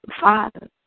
Father